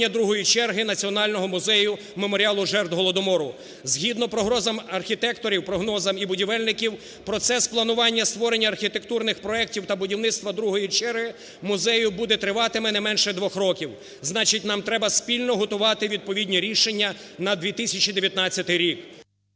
другої черги Національного музею "Меморіалу жертв Голодомору". Згідно прогнозам архітекторів, прогнозам і будівельників процес планування створення архітектурних проектів та будівництва другої черги музею буде тривати не менше двох років. Значить нам треба спільно готувати відповідні рішення на 2019 рік.